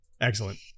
Excellent